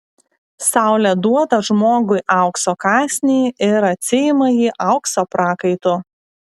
saulė duoda žmogui aukso kąsnį ir atsiima jį aukso prakaitu